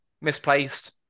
misplaced